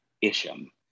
Isham